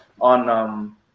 on